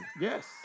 Yes